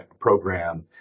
program